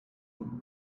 them